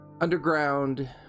underground